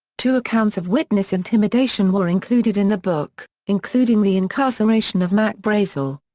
two accounts of witness intimidation were included in the book, including the incarceration of mac brazel.